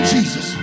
Jesus